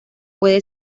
puede